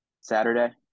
Saturday